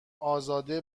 ازاده